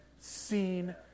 seen